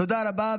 תודה רבה.